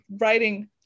writing